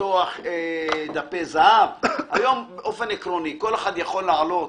לפתוח דפי זהב, היום כל אחד יכול להעלות